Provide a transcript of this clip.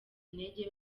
intege